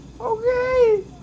Okay